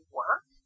work